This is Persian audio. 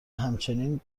همچنین